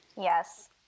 Yes